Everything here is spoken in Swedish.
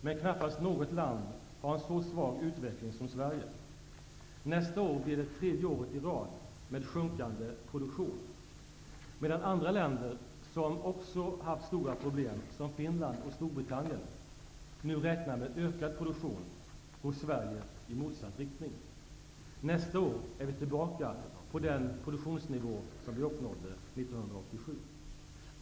Men knappast något land har en så svag utveckling som Sverige. Nästa år blir det tredje året i rad med sjunkande produktion. Medan andra länder som också haft stora problem, som Finland och Storbritannien, nu räknar med ökad produktion, går Sverige i motsatt riktning. Nästa år är vi tillbaka på den produktionsnivå som vi uppnådde 1987.